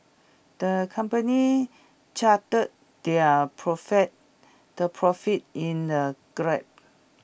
the company charted their profits the profits in A graph